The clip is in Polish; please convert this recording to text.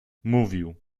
mówił